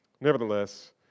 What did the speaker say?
Nevertheless